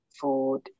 food